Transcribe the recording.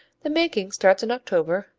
the making starts in october,